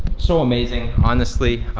so amazing honestly.